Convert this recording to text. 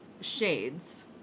shades